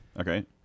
okay